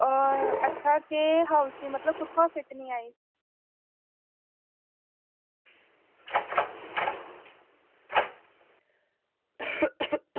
अच्छा एह् हाऊस मतलब कुत्थां फिट निं आई